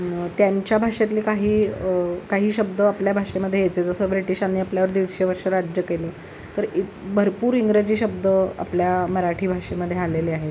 त्यांच्या भाषेतले काही काही शब्द आपल्या भाषेमध्ये यायचे जसं ब्रिटिशांनी आपल्यावर दीडशे वर्ष राज्य केलं तर इत भरपूर इंग्रजी शब्द आपल्या मराठी भाषेमध्ये आलेले आहेत